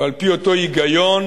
ועל-פי אותו היגיון: